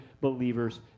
believers